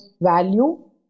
value